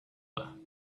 there